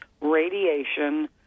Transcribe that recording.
radiation